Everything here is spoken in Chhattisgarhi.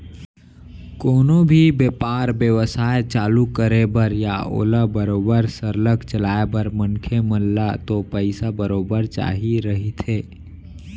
कोनो भी बेपार बेवसाय चालू करे बर या ओला बरोबर सरलग चलाय बर मनखे मन ल तो पइसा बरोबर चाही रहिथे